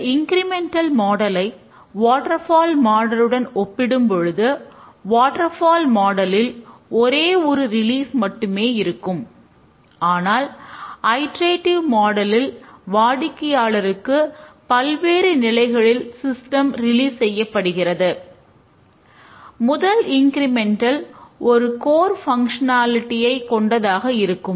இந்த incremental model ஆக இருக்கும்